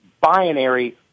binary